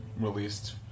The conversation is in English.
released